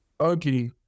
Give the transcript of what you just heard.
Okay